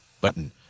button